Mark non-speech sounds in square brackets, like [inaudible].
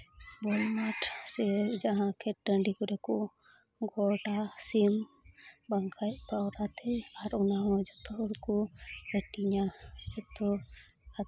[unintelligible] ᱥᱮ ᱡᱟᱦᱟᱸ ᱠᱷᱮᱛ ᱴᱟᱺᱰᱤ ᱠᱚᱨᱮ ᱠᱚ ᱜᱚᱴᱼᱟ ᱥᱤᱢ ᱵᱟᱝᱠᱷᱟᱱ ᱯᱟᱣᱨᱟ ᱛᱮ ᱟᱨ ᱚᱱᱟᱦᱚᱸ ᱡᱷᱚᱛᱚ ᱦᱚᱲᱠᱚ ᱦᱟᱹᱴᱤᱧᱟ ᱡᱚᱛᱚ